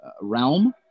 realm